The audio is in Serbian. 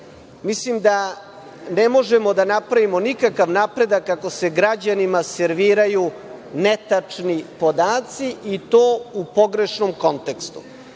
Mislim da ne možemo da napravimo nikakav napredak ako se građanima serviraju netačni podaci i to u pogrešnom kontekstu. Dakle,